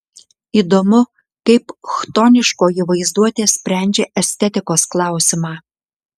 įdomu kaip chtoniškoji vaizduotė sprendžia estetikos klausimą